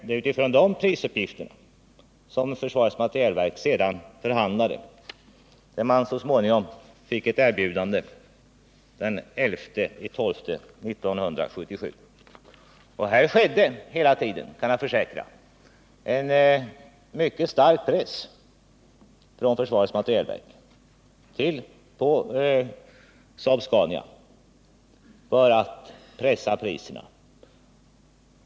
Det var utifrån dessa prisuppgifter som försvarets materielverk sedan förhandlade, och man fick så småningom ett erbjudande — den 11 december 1977. Jag kan försäkra att det hela tiden utövades stark press från försvarets materielverk på Saab-Scania för att sänka priserna.